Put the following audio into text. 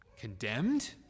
Condemned